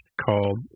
called